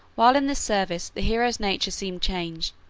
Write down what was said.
while in this service the hero's nature seemed changed.